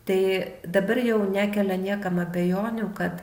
tai dabar jau nekelia niekam abejonių kad